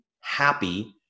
happy